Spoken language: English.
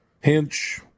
Hinch